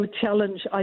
challenge